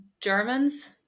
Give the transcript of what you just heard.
Germans